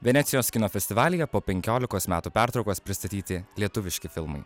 venecijos kino festivalyje po penkiolikos metų pertraukos pristatyti lietuviški filmai